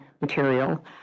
material